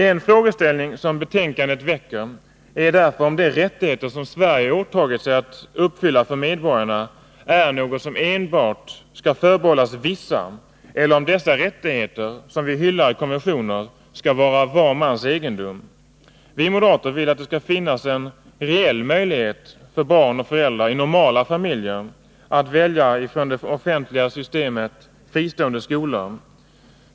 En frågeställning som betänkandet väcker är därför om de rättigheter som Sverige har åtagit sig att ge medborgarna är något som enbart skall förbehållas vissa, eller om dessa rättigheter, som vi hyllar i konventioner, skall vara var mans egendom. Vi moderater vill att det skall finnas en reell möjlighet för barn och föräldrar i normala familjer att välja från det offentliga skolsystemet fristående skolor.